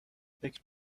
فکر